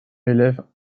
élève